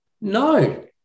No